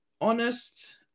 honest